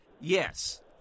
Yes